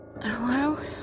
Hello